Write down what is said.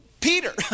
Peter